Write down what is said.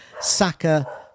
Saka